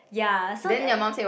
ya so then